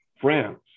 France